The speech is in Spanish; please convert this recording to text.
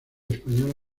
española